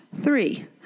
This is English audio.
Three